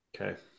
Okay